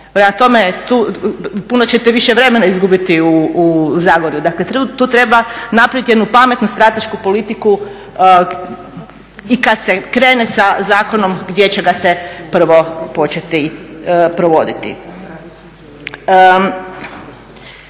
tome, puno ćete više vremena izgubiti u Zagorju. Dakle tu treba napraviti jednu pametnu stratešku politiku i kada se krene sa zakonom gdje će ga se prvo početi provoditi.